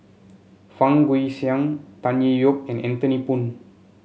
Fang Guixiang Tan Tee Yoke and Anthony Poon